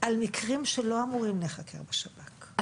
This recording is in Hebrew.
על מקרים שלא אמורים להיחקר בשב"כ.